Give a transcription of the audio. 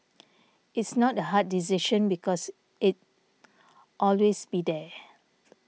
it's not a hard decision because it always be there